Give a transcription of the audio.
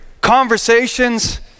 conversations